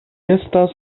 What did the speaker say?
estas